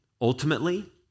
ultimately